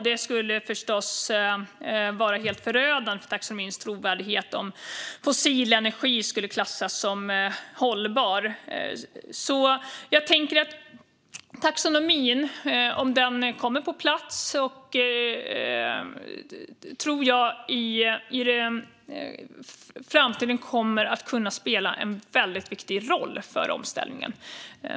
Det skulle förstås vara helt förödande för taxonomins trovärdighet om fossil energi skulle klassas som hållbar. Om taxonomin kommer på plats tror jag att den i framtiden kommer att kunna spela en väldigt viktig roll för omställningen.